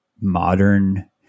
modern